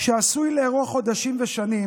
שעשוי לארוך חודשים ושנים,